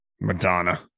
Madonna